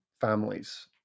families